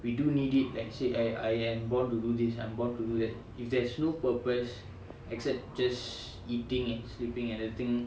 we do need it like let's say I am born to do this I'm born to do that if there's no purpose except just eating and sleeping and I think